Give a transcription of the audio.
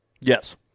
Yes